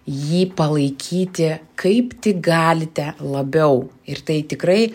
jį palaikyti kaip tik galite labiau ir tai tikrai